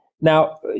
now